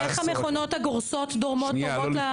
איך המכונות הגורסות תורמות למחזור?